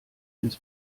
ins